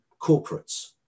corporates